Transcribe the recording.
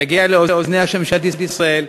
יגיע לאוזניה של ממשלת ישראל,